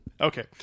Okay